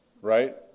Right